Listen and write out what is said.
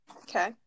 Okay